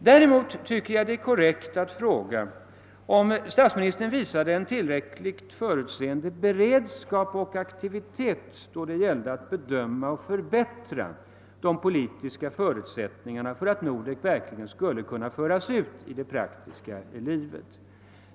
Däremot tycker jag det är korrekt att fråga om statsministern visade en tiliräckligt förutseende beredskap och aktivitet när det gällde att bedöma och förbättra de politiska förutsättningarna för att Nordek verkligen skulle kunna föras ut i det praktiska livet.